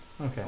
Okay